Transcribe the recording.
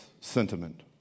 sentiment